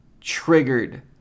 triggered